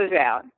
out